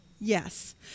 Yes